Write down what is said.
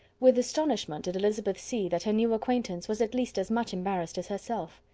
with astonishment did elizabeth see that her new acquaintance was at least as much embarrassed as herself.